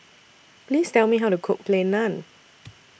Please Tell Me How to Cook Plain Naan